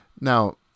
Now